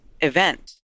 event